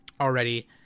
already